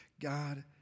God